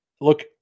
Look